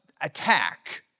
attack